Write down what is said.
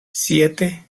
siete